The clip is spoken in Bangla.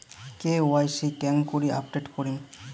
কে.ওয়াই.সি কেঙ্গকরি আপডেট করিম?